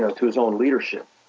ah to his own leadership.